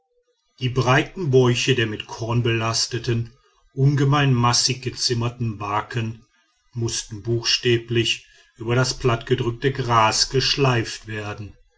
die breiten bäuche der mit korn belasteten ungemein massig gezimmerten barken mußten buchstäblich über das plattgedrückte gras geschleift werden